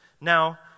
Now